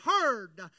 heard